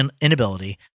inability